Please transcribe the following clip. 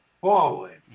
forward